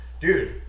dude